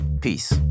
peace